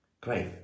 Great